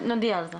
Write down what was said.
נודיע על זה.